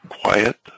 quiet